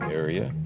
area